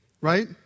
Right